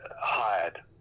hired